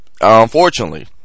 Unfortunately